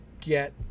get